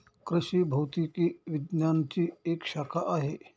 कृषि भौतिकी विज्ञानची एक शाखा आहे